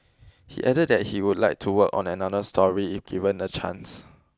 he added that he would like to work on another story if given the chance